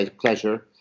pleasure